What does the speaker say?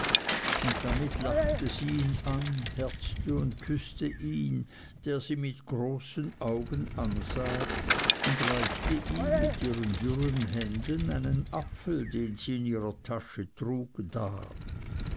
und damit lachte sie ihn an herzte und küßte ihn der sie mit großen augen ansah und reichte ihm mit ihren dürren händen einen apfel den sie in ihrer tasche trug dar